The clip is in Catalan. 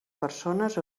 persones